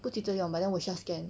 不急着 but 我需要 scan